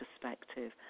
perspective